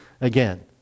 Again